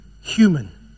human